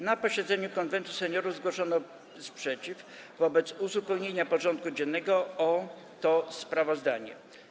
Na posiedzeniu Konwentu Seniorów zgłoszono sprzeciw wobec uzupełnienia porządku dziennego o to sprawozdanie.